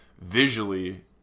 Visually